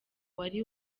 wari